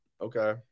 okay